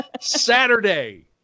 Saturday